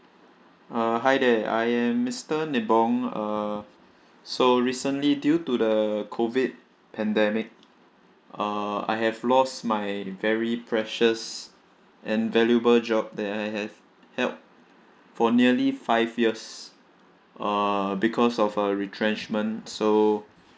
uh hi there I am mister nibong uh so recently due to the COVID pandemic uh I have lost my very precious and valuable job that I have held for nearly five years uh because of a retrenchment so